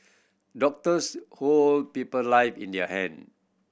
doctors hold people live in their hand